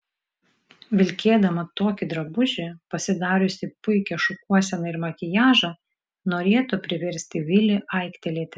vilkėdama tokį drabužį pasidariusi puikią šukuoseną ir makiažą norėtų priversti vilį aiktelėti